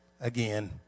again